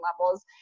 levels